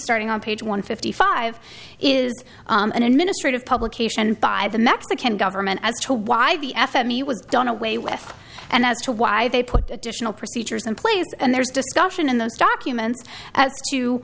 starting on page one fifty five is an administrative publication by the mexican government as to why the f m e was done away with and as to why they put additional procedures in place and there's discussion in those documents